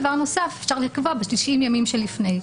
דבר נוסף, אפשר לקבוע בתשעים ימים שלפני.